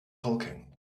talking